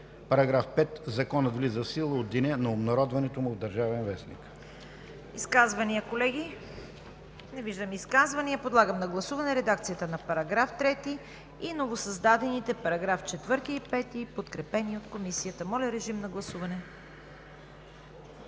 § 9: „§ 9. Законът влиза в сила от деня на обнародването му в „Държавен вестник“,